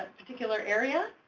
particular area.